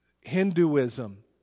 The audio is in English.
Hinduism